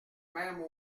même